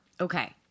Okay